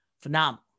phenomenal